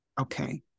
okay